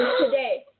today